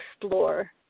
explore